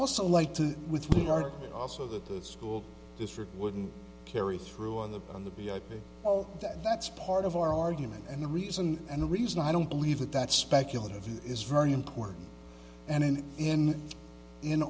also like to with we are also that the school district wouldn't carry through on the on the that that's part of our argument and the reason and the reason i don't believe that that speculative view is very important and in in in